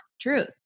truth